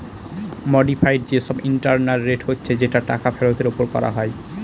modified যে সব internal rate হচ্ছে যেটা টাকা ফেরতের ওপর করা হয়